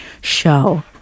show